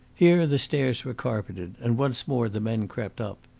here the steps were carpeted, and once more the men crept up.